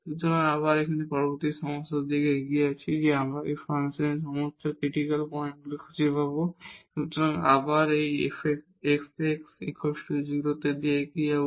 সুতরাং এখন আবার এখানে পরবর্তী সমস্যার দিকে এগিয়ে যাচ্ছি আমরা এই ফাংশনের সমস্ত ক্রিটিকাল পয়েন্টগুলি খুঁজে পাব f x y x2−y2 e−x2− y2 সুতরাং আবার এই fx 0 দিয়ে এগিয়ে যাব